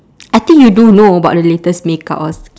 I think you do know about the latest makeup or sk~